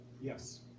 Yes